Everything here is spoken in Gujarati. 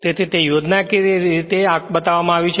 તેથી તે યોજનાકીય રીતે બતાવવામાં આવ્યું છે